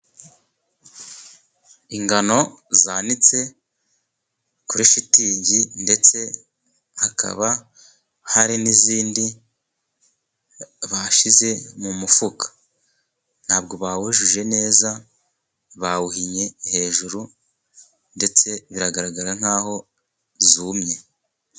Ingano zanitse kuri shitingi, ndetse hakaba hari n'izindi bashyize mu mufuka. Nta bwo bawujuje neza, bawuhinnye hejuru. Ndetse biragaragara nk'aho zumye.